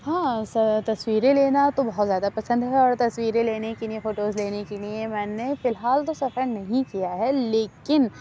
ہاں سر تصویریں لینا تو بہت زیادہ پسند ہے اور تصویریں لینے کے لیے فوٹوز لینے کے لیے میں نے فی الحال تو سفر نہیں کیا ہے لیکن